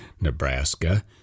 Nebraska